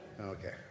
Okay